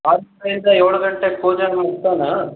ಆರರಿಂದ ಏಳು ಗಂಟೆಗೆ ಪೂಜೆ ಮುಗಿಸೋಣ